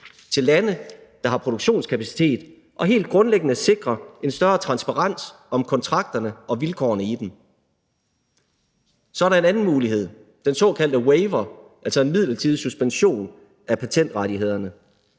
til lande, der har produktionskapacitet, og helt grundlæggende sikre en større transparens om kontrakterne og vilkårene i dem. Så er der en anden mulighed, nemlig den såkaldte waiver, altså en midlertidig suspension af patientrettighederne